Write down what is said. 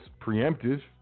preemptive